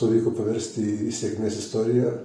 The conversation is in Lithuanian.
pavyko paversti į sėkmės istoriją